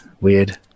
Weird